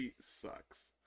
sucks